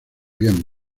habían